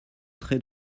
trait